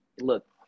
look